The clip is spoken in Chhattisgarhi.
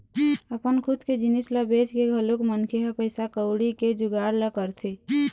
अपन खुद के जिनिस ल बेंच के घलोक मनखे ह पइसा कउड़ी के जुगाड़ ल करथे